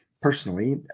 personally